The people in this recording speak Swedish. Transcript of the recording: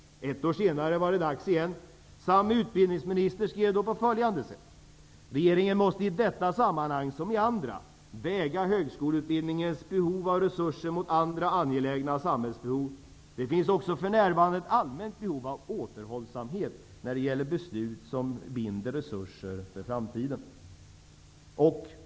Ett år senare var det dags igen. Utbildningsministern skrev då på följande sätt. Regeringen måste i detta sammanhang som i andra, väga högskoleutbildningens behov av resurser mot andra angelägna samhällsbehov. Det finns också för närvarande ett allmänt behov av återhållsamhet när det gäller beslut som binder resurser för framtiden.